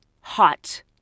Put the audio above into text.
hot